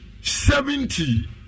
seventy